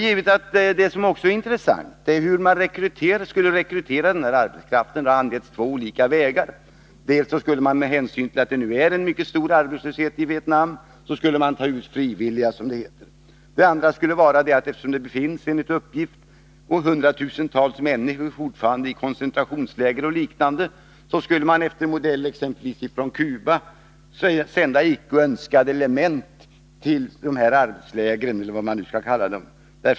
Givetvis är det också intressant hur man skulle rekrytera den här arbetskraften. Det har angetts två olika vägar. Dels skulle man, med hänsyn till att det nu är mycket stor arbetslöshet i Vietnam, ta ut frivilliga, som det heter. Dels skulle man, eftersom det fortfarande enligt uppgift finns hundratusentals människor i koncentrationsläger eller liknande, efter modell exempelvis från Cuba sända icke önskade element till de här arbetslägren — eller vad man nu skall kalla dem.